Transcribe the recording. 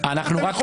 גם אתם יכולים.